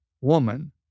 woman